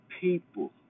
people